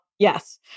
Yes